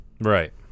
right